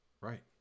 Right